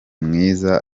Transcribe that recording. mwiza